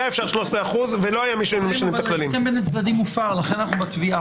היה אפשר 13 אחוזים ולא היה מי שמשנה את הכללים.